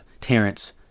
Terrence